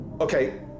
Okay